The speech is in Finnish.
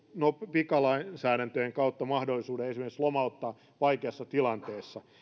pikalainsäädäntöjen kautta mahdollisuuden esimerkiksi lomauttaa vaikeassa tilanteessa